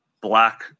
Black